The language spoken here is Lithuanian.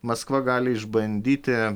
maskva gali išbandyti